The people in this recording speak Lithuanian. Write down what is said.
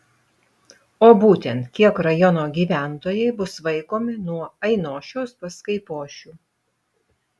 o būtent kiek rajono gyventojai bus vaikomi nuo ainošiaus pas kaipošių